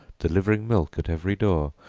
delivering milk at every door,